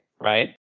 right